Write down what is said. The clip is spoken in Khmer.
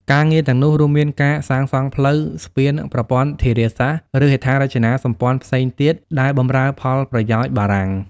ការងារទាំងនោះរួមមានការសាងសង់ផ្លូវ ស្ពាន ប្រព័ន្ធធារាសាស្ត្រ ឬហេដ្ឋារចនាសម្ព័ន្ធផ្សេងទៀតដែលបម្រើផលប្រយោជន៍បារាំង។